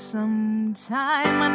Sometime